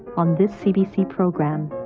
on this cbc program,